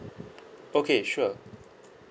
okay sure